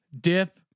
dip